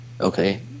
okay